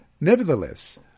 Nevertheless